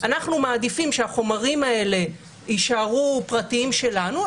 שהם מעדיפים שהחומרים האלה יישארו פרטיים שלהם,